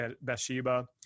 Bathsheba